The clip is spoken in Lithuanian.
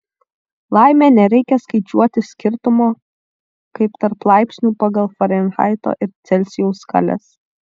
laimė nereikia skaičiuoti skirtumo kaip tarp laipsnių pagal farenheito ir celsijaus skales